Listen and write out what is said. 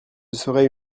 serait